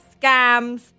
scams